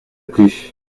plus